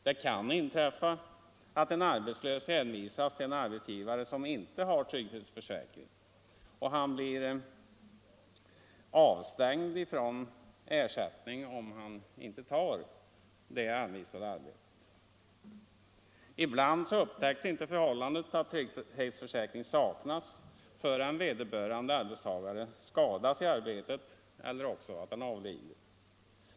Det kan inträffa att en arbetslös hänvisas till arbetsgivare som inte har trygghetsförsäkring, och han blir avstängd från ersättning om han inte tar det anvisade arbetet. Ibland upptäcks inte förhållandet att trygghetsförsäkring saknas förrän vederbörande arbetstagare skadas i arbetet eller avlider.